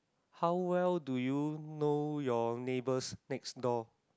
how well do you know your neighbors next door